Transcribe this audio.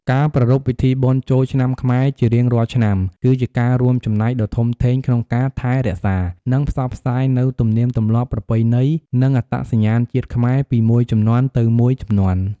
ការប្រារព្ធពិធីបុណ្យចូលឆ្នាំខ្មែរជារៀងរាល់ឆ្នាំ គឺជាការរួមចំណែកដ៏ធំធេងក្នុងការថែរក្សា និងផ្សព្វផ្សាយនូវទំនៀមទម្លាប់ ប្រពៃណី និងអត្តសញ្ញាណជាតិខ្មែរពីមួយជំនាន់ទៅមួយជំនាន់។